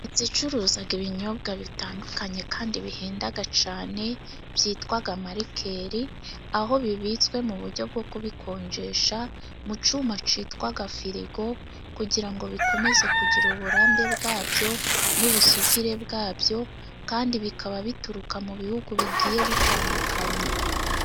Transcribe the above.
Inzu icuruza ibinyobwa bitandukanye kandi bihenda cyane, byitwa amarikeli. Aho bibitswe mu buryo bwo kubikonjesha mu cyuma cyitwa firigo. Kugira bikomeze kugira uburambe bwabyo n'ubusugire bwabyo kandi bikaba bituruka mu bihugu bigiye bitandukanye.